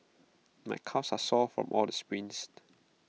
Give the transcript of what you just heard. my calves are sore from all the sprints